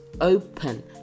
open